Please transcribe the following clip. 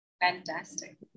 fantastic